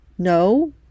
No